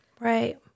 right